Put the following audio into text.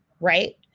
right